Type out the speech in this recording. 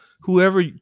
Whoever